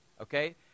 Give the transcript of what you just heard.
okay